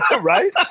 Right